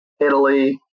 Italy